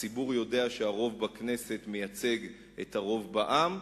הציבור יודע שהרוב בכנסת מייצג את הרוב בעם,